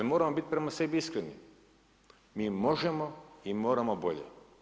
Ali moramo biti prema sebi iskreni, mi možemo i moramo bolje.